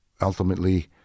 ultimately